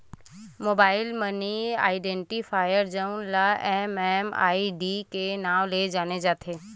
mobile money identifier जउन ल MMID के नांव ले जाने जाथे